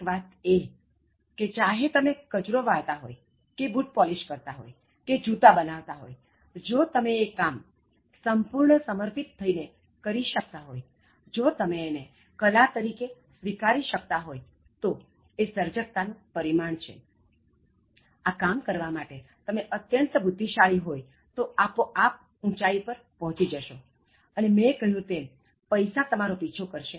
એક વાત એ કે ચાહે તમે કચરો વાળતા હોય કે બુટ પોલિશ કરતા હોય કે જુતા બનાવતા હોય જો તમે એ કામ સંપૂર્ણ સમર્પિત થઇને કરી શકતા હોય જો તમે એને કલા તરીકે સ્વીકારી શકતા હોય તો એ સર્જકતા નું પરિમાણ છે આ કામ કરવા માટે તમે અત્યંત બુદ્ધિશાળી હોય તો આપોઆપ ઊંચાઇ પર પહોચી જશો અને મેં કહ્યું તેમ પૈસા તમારો પીછો કરશે